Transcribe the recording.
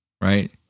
right